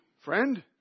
friend